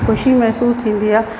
ख़ुशी महिसूसु थींदी आहे